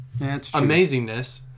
amazingness